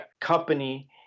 company